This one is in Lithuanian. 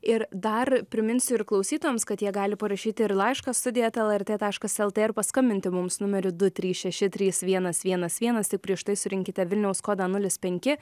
ir dar priminsiu ir klausytojams kad jie gali parašyti ir laišką studija eta lrt taškas lt ir paskambinti mums numeriu du trys šeši trys vienas vienas vienas tik prieš tai surinkite vilniaus kodą nulis penki